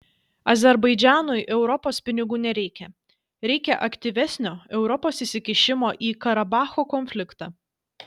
azerbaidžanui europos pinigų nereikia reikia aktyvesnio europos įsikišimo į karabacho konfliktą